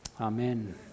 Amen